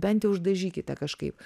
bent jau uždažykite kažkaip